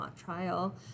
trial